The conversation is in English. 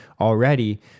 already